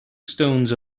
stones